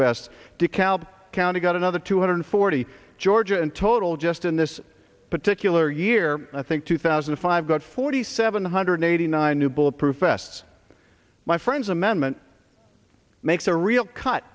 vests dekalb county got another two hundred forty ga in total just in this particular year i think two thousand and five got forty seven hundred eighty nine new bulletproof vests my friends amendment makes a real cut